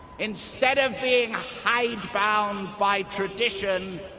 instead of being hidebound by tradition,